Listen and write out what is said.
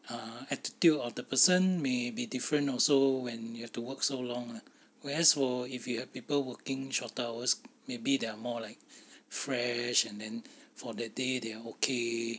ah attitude of the person may be different also when you have to work so long lah whereas for if you have people working shorter hours maybe there are more like fresh and then for that day they are okay